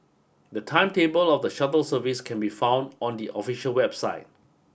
the timetable of the shuttle service can be found on the official website